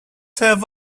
have